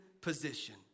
position